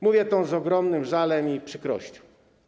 Mówię to z ogromnym żalem i przykrością.